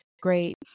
great